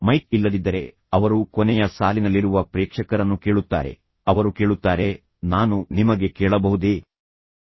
mic ಇಲ್ಲದಿದ್ದರೆ ಅವರು ಕೊನೆಯ ಸಾಲಿನಲ್ಲಿರುವ ಪ್ರೇಕ್ಷಕರನ್ನು ಕೇಳುತ್ತಾರೆ ಅವರು ಅವುಗಳನ್ನು ಕೇಳಲು ಸಾಧ್ಯವೇ ಎಂದು ಆದ್ದರಿಂದ ಅವರು ಕೇಳುತ್ತಾರೆ ನಾನು ನಿಮಗೆ ಕೇಳಬಹುದೇ ಎಂದು ನೀವು ಕೇಳಬಹುದೇ